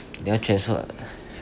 你要 transfer uh